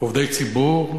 עובדי ציבור,